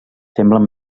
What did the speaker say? semblen